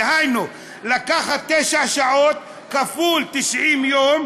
דהיינו לקחת תשע שעות כפול 90 יום,